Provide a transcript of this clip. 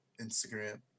instagram